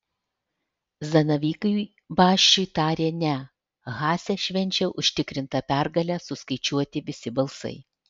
zanavykai basčiui tarė ne haase švenčia užtikrintą pergalę suskaičiuoti visi balsai